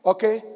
Okay